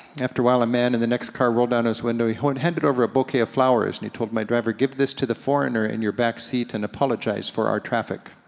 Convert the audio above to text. after a while a man in the next car rolled down his window. he he handed over a bouquet of flowers and he told my driver, give this to the foreigner in your back seat and apologize for our traffic.